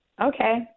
Okay